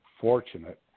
fortunate